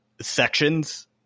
sections